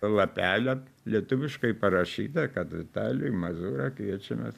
lapelį lietuviškai parašyta kad vitalijų mazūrą kviečiame